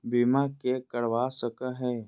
बीमा के करवा सको है?